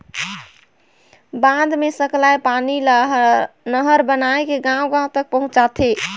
बांध मे सकलाए पानी ल नहर बनाए के गांव गांव तक पहुंचाथें